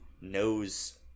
knows